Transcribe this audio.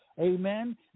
Amen